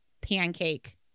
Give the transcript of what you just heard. pancake